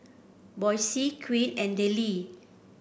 Boysie Quinn and Dellie